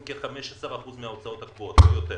כ-15 אחוזים מההוצאות הקבועות או יותר.